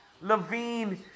Levine